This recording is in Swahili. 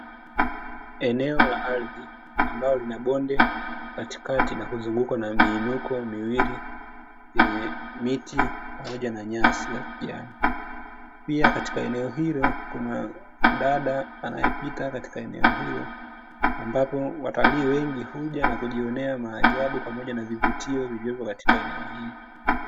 Eneo la ardhi ambalo lina bonde katikati na kuzungukwa na miinuko miwili yenye miti pamoja na nyasi zilizojaa, pia katika eneo hilo kuna mdada anayepika katika eneo hilo ambapo watali wengi huja na kujionea maajabu pamoja na vivutio katika eneo hili.